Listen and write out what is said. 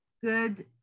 good